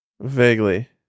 Vaguely